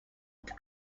but